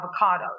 avocados